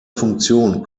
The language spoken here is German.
funktion